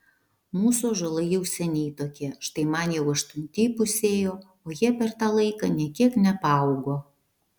mūsų ąžuolai jau seniai tokie štai man jau aštunti įpusėjo o jie per tą laiką nė kiek nepaaugo